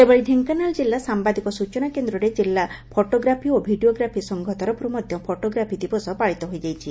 ସେହିପରି ଢେଙ୍କାନାଳ ଜିଲ୍ଲା ସାମ୍ଘାଦିକ ସୂଚନା କେନ୍ଦ୍ରରେ ଜିଲ୍ଲା ଫଟୋଗ୍ରାଫି ଓ ଭିଡ଼ିଓଗ୍ରାଫି ସଂଘ ତରଫରୁ ମଧ୍ଧ ଫଟୋଗ୍ରାଫି ଦିବସ ପାଳିତ ହୋଇଯାଇଛି